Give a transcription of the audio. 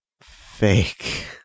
fake